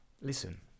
listen